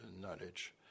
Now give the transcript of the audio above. knowledge